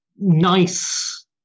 Nice